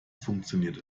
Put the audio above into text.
funktioniert